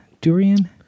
Durian